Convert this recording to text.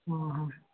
ଓ ହୋ